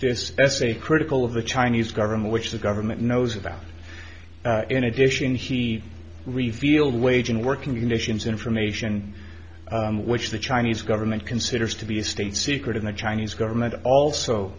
this essay critical of the chinese government which the government knows about in addition he revealed waging working conditions information which the chinese government considers to be a state secret and the chinese government also